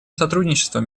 сотрудничеством